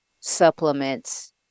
supplements